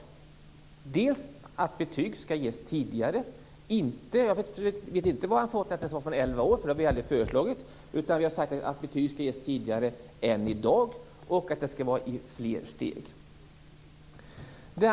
Vi har föreslagit att betyg skall ges tidigare, dock inte från fjärde klass - jag vet inte var Nils-Erik Söderqvist har fått det ifrån, för det har vi aldrig föreslagit. Vi har sagt att betyg skall ges tidigare än i dag och att de skall vara i fler steg.